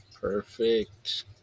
Perfect